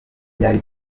byari